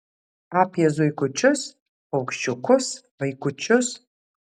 apie zuikučius paukščiukus vaikučius